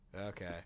Okay